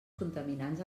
contaminants